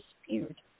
disappeared